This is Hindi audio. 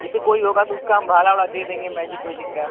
जैसे कोई होगा तो उसका हम भाड़ा ओड़ा दे देंगे मैजिक ओजिक का